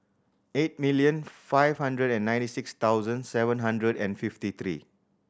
eight million five hundred and ninety six thousand seven hundred and fifty three